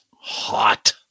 hot